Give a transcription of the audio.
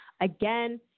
Again